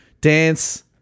dance